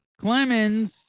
Clemens